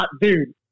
dude